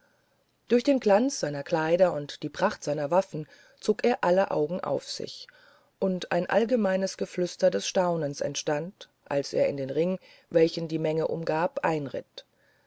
durch den glanz seiner kleider und die pracht seiner waffen zog er aller augen auf sich und ein allgemeines geflüster des staunens entstand als er in den ring welchen die menge umgab einritt